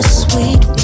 sweet